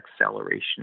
acceleration